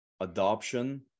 adoption